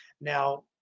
Now